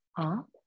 up